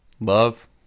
Love